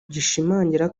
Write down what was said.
gishimangira